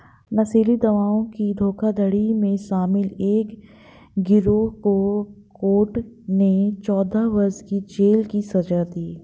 नशीली दवाओं की धोखाधड़ी में शामिल एक गिरोह को कोर्ट ने चौदह वर्ष की जेल की सज़ा दी